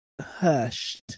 hushed